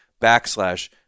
backslash